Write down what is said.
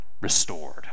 restored